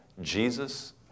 Jesus